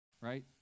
right